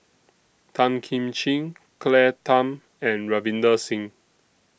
Tan Kim Ching Claire Tham and Ravinder Singh